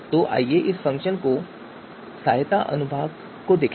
तो आइए इस फ़ंक्शन के सहायता अनुभाग को देखें